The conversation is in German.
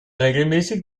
regelmäßig